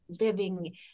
living